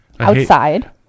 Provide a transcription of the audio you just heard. Outside